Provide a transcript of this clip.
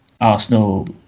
Arsenal